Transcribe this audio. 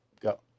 go